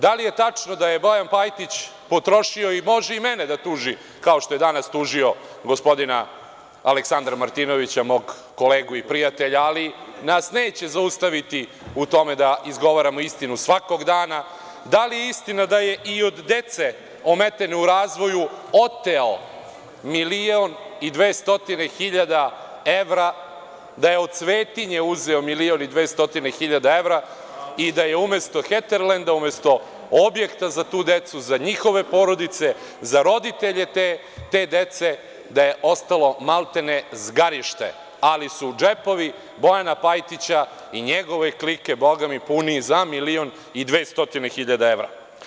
Da li je tačno da je Bojan Pajtić potrošio, i može i mene da tuži kao što je danas tužio gospodina Aleksandra Martinovića, mog kolegu i prijatelja, ali nas neće zaustaviti u tome da izgovaramo istinu svakog dana, da li je istina da je i od dece ometene u razvoju oteo milion i 200 hiljada evra, da je od svetinje uzeo milion i 200 hiljada evra i da je umesto Heterlenda, umesto objekta za tu decu, za njihove porodice, za roditelje te dece, da je ostalo maltene zgarište, ali su džepovi Bojana Pajtića i njegove klike, boga mi, puniji za milion i 200 hiljada evra?